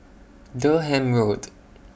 Durham Road